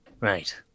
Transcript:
Right